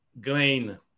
grain